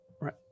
right